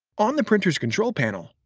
on the printer's control panel,